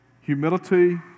humility